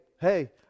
hey